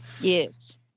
yes